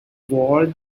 walled